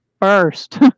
first